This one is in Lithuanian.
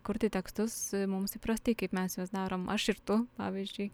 kurti tekstus mums įprastai kaip mes juos darom aš ir tu pavyzdžiui